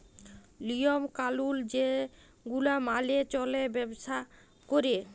লিওম কালুল যে গুলা মালে চল্যে ব্যবসা ক্যরে